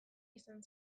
izan